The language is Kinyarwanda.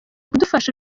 kudufasha